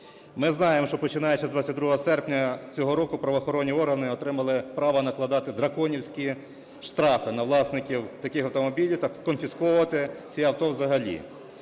Ми знаємо, що починаючи з 22 серпня цього року, правоохоронні органи отримали право накладати драконівські штрафи на власників таких автомобілів та конфісковувати ці авто взагалі.